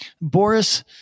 Boris